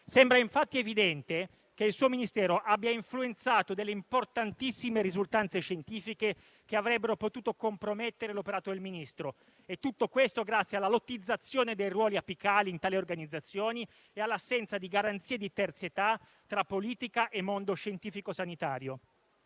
Sembra infatti evidente che il suo Ministero abbia influenzato importantissime risultanze scientifiche che avrebbero potuto compromettere l'operato del Ministro e tutto questo grazie alla lottizzazione dei ruoli apicali in tali organizzazioni e all'assenza di garanzie di terzietà tra politica e mondo scientifico-sanitario.